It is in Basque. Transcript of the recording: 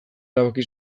erabaki